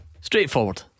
Straightforward